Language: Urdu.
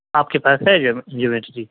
آپ کے پاس ہے جیومیٹری